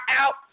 out